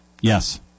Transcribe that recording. Yes